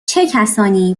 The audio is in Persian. کسانی